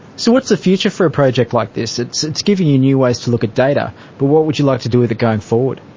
so what's the future for a project like this? it is giving you new ways to look at data, but what would you like to do with it going forward?